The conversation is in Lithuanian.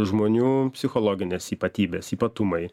žmonių psichologinės ypatybės ypatumai